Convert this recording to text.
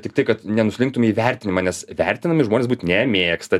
tiktai kad nenuslinktum į vertinimą nes vertinami žmonės būt nemėgsta